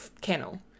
kennel